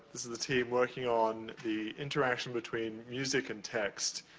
this is the team working on the interaction between music and text,